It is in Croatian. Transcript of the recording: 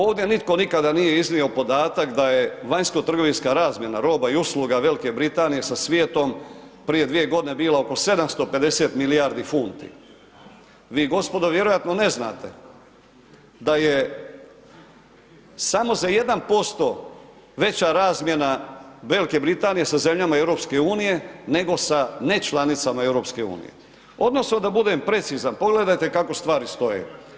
Ovdje nitko nikada nije iznio podatak da je vanjsko-trgovinska razmjena roba i usluga Velike Britanije sa svijetom prije 2 g. bila oko 750 milijardi funti, vi gospodo vjerojatno ne znate da je samo za 1% veća razmjena Velike Britanije sa zemljama EU-a nego sa nečlanicama EU-a odnosno da bude precizan, pogledajte kako stvari stoje.